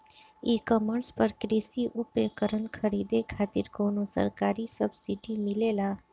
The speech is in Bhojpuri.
ई कॉमर्स पर कृषी उपकरण खरीदे खातिर कउनो सरकारी सब्सीडी मिलेला?